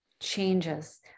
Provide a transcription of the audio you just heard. changes